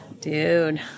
Dude